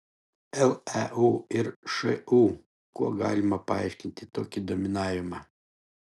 leu ir šu kuo galima paaiškinti tokį dominavimą